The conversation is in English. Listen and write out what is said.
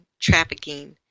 trafficking